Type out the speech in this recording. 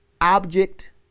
object